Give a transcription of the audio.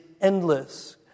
endless